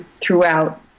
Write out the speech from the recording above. throughout